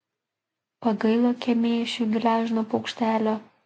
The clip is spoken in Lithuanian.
pagailo kemėšiui gležno paukštelio